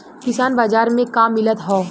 किसान बाजार मे का मिलत हव?